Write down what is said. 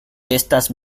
estas